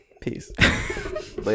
Peace